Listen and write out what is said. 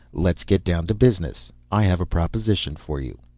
let's get down to business. i have a proposition for you.